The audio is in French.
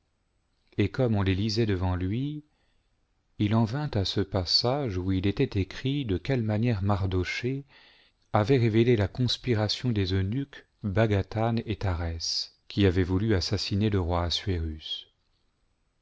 et comme on les lisait devant lui il en vint à ce passage où il était écrit de quelle manière mardochée avait révélé la conspiration des eunuques bagathan et tharès qui avaient voulu assassiner le roi